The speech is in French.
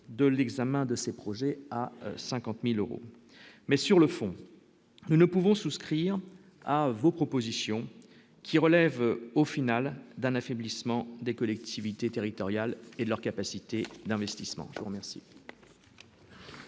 de l'examen de ces projets à 50000 euros, mais sur le fond, nous ne pouvons souscrire à vos propositions qui relèvent au final d'un affaiblissement des collectivités territoriales et de leurs capacités d'investissement pour merci.